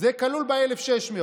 שזה כלול ב-1,600,